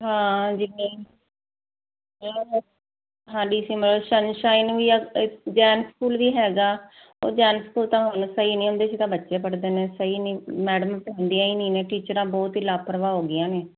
ਹਾਂ ਜਿਵੇਂ Simar sunshine ਵੀ ਹੈ ਜੈਨ ਸਕੂਲ ਵੀ ਹੈ ਉਹ ਜੈਨ ਸਕੂਲ ਹੁਣ ਸਹੀ ਨੀ ਉਹਦੇ ਚ ਬੱਚੇ ਪੜਦੇ ਨੇ ਸਹੀ ਨਹੀਂ ਮੈਡਮ ਪੜਾਦੀਆਂ ਨੀ ਟੀਚਰ ਤਾਂ ਬਹੁਤ ਹੀ ਲਾਪ੍ਰਵਾਹ ਹੋਗੀਆ ਨੇ